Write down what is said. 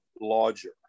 larger